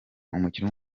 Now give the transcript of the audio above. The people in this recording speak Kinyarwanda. umukinnyi